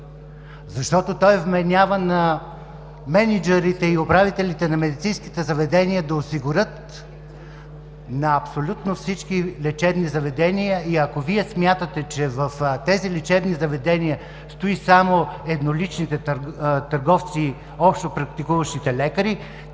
Защото той вменява на мениджърите и управителите на медицинските заведения да осигурят на абсолютно всички лечебни заведения и ако Вие смятате, че в тези лечебни заведения стоят само едноличните търговци, общопрактикуващите лекари,